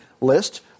list